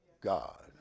God